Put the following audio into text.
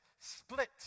split